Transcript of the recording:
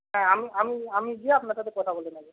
হ্যাঁ আমি আমি আমি গিয়ে আপনার সাথে কথা বলে নেব